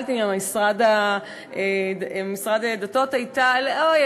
שקיבלתי ממשרד הדתות הייתה: אוי,